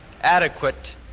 adequate